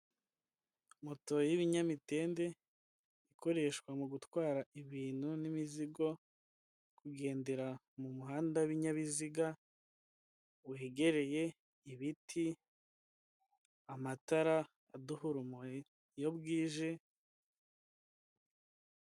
Moto y'ibinyamitende ikoreshwa mu gutwara ibintu n'imizigo kugendera mu muhanda w'ibinyabiziga wegereye ibiti, amatara aduha urumuri iyo bwije.